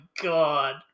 god